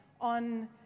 on